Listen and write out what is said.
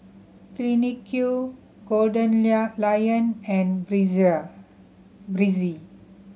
Clinique Gold lion and Breezer